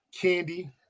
candy